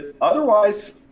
otherwise